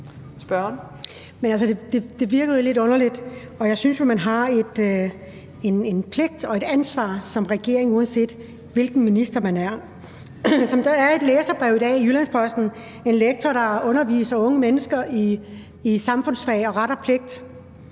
Det virker jo lidt underligt, og jeg synes jo, at man i en regering har en pligt og et ansvar, uanset hvilken minister man er. Der er i dag et læserbrev i Jyllands-Posten, der er skrevet af en lektor, der underviser unge mennesker i samfundsfag og ret og pligt.